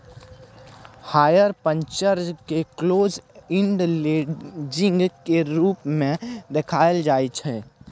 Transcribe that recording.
hire purchase केँ close end leasing केर रूप मे देखाएल जाइ छै